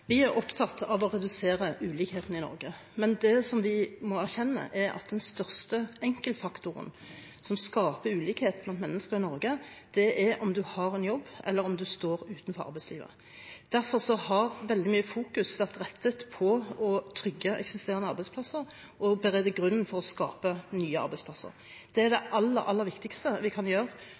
Vi er opptatt av å redusere ulikhetene i Norge, men det vi må erkjenne, er at den største enkeltfaktoren som skaper ulikhet blant mennesker i Norge, er om en har en jobb, eller om en står utenfor arbeidslivet. Derfor har veldig mye fokus vært rettet mot å trygge eksisterende arbeidsplasser og berede grunnen for å skape nye arbeidsplasser. Det er det aller, aller viktigste vi kan gjøre